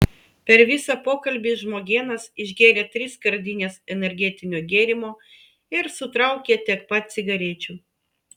per visą pokalbį žmogėnas išgėrė tris skardines energetinio gėrimo ir sutraukė tiek pat cigarečių